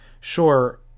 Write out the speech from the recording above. sure